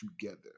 together